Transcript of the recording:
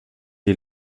est